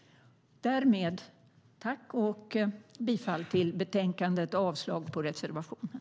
Därmed yrkar jag bifall till förslaget i betänkandet och avslag på reservationerna.